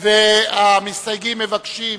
והמסתייגים מבקשים